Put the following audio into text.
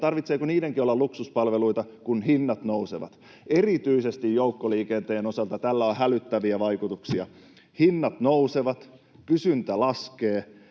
tarvitseeko niidenkin olla luksuspalveluita, kun hinnat nousevat? Erityisesti joukkoliikenteen osalta tällä on hälyttäviä vaikutuksia. Hinnat nousevat. Kysyntä laskee